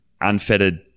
unfettered